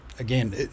Again